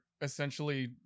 essentially